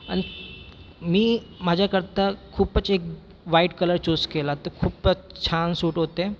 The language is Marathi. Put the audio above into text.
आणि मी माझ्याकरता खूपच एक व्हाईट कलर चूझ केला तर खूपच छान सूट होते